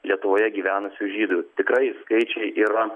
lietuvoje gyvenusių žydų tikrai skaičiai yra